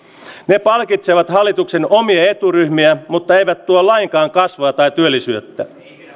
ne palkitsevat hallituksen omia eturyhmiä mutta eivät tuo lainkaan kasvua tai työllisyyttä ne